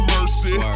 Mercy